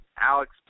Alex